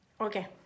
Okay